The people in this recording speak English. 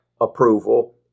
approval